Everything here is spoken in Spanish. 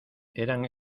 eran